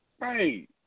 Right